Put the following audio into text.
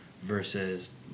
versus